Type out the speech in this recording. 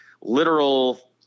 literal